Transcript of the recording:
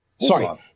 Sorry